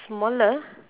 smaller